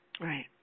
Right